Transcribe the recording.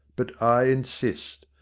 but i insist.